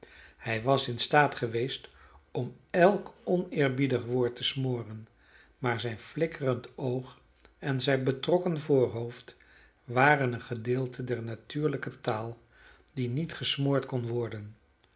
hij was in staat geweest om elk oneerbiedig woord te smoren maar zijn flikkerend oog en zijn betrokken voorhoofd waren een gedeelte der natuurlijke taal die niet gesmoord kon worden ontwijfelbare